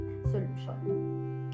solution